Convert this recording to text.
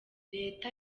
reta